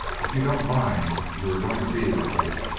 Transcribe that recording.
if you don't mind, you are going to be in a hole.